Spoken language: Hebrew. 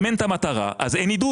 אם אין את המטרה, אז אין עידוד.